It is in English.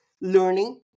learning